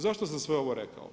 Zašto sam sve ovo rekao?